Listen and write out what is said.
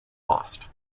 lost